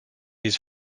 his